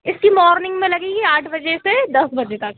इसकी मॉर्निंग में लगेगी आठ बजे से दस बजे तक